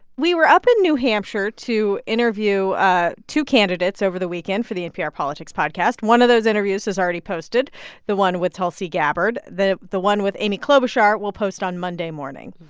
we were up in new hampshire to interview two candidates over the weekend for the npr politics podcast. one of those interviews is already posted the one with tulsi gabbard. the the one with amy klobuchar will post on monday morning.